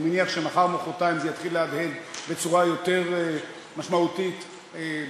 אני מניח שמחר או מחרתיים זה יתחיל להדהד בצורה יותר משמעותית בעיתונים,